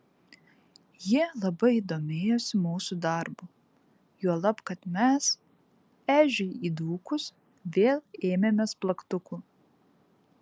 ji labai domėjosi mūsų darbu juolab kad mes ežiui įdūkus vėl ėmėmės plaktukų